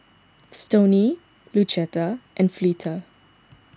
Stoney Lucetta and Fleeta